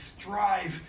strive